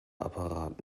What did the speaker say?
apparat